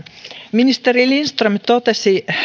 ministeri lindström totesi